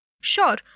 Sure